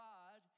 God